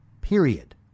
period